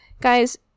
Guys